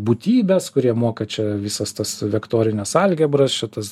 būtybes kurie moka čia visas tas vektorines algebras čia tas